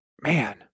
Man